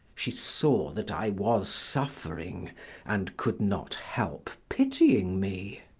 she saw that i was suffering and could not help pitying me.